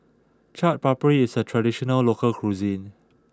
Chaat Papri is a traditional local cuisine